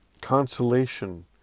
consolation